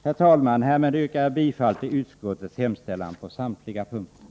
Herr talman! Härmed yrkar jag bifall till utskottets hemställan på samtliga punkter.